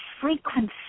frequency